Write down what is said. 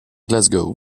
glasgow